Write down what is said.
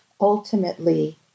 ultimately